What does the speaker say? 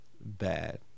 Bad